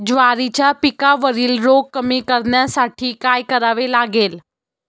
ज्वारीच्या पिकावरील रोग कमी करण्यासाठी काय करावे लागेल?